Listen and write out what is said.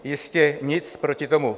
Jistě, nic proti tomu.